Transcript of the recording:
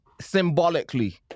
Symbolically